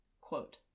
quote